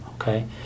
okay